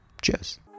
Cheers